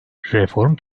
reform